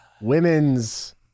women's